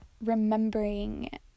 remembering